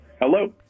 Hello